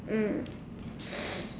mm